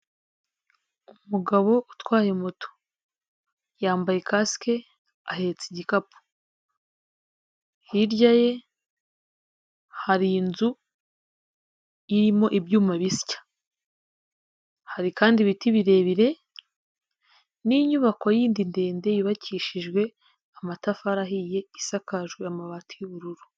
Umugabo utwaye moto, yambaye kasike ahets igikapu, hirya hari inzu irimo ibyuma bisya, hari kandi ibiti birebire n'inyubako yindi ndende yubakishuje amatafari ahiye isakajwe amabati y'ubururu.